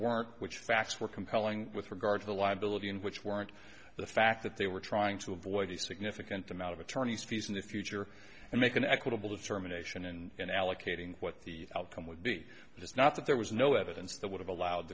work which facts were compelling with regard to the liability and which weren't the fact that they were trying to avoid the significant amount of attorneys fees in the future and make an equitable determination and allocating what the outcome would be is not that there was no evidence that would have allowed